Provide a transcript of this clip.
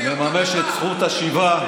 לממש את זכות השיבה,